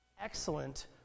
excellent